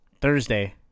Thursday